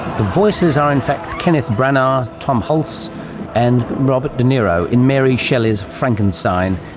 the voices are in fact kenneth branagh, tom hulce and robert de niro in mary shelley's frankenstein.